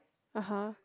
(uh huh)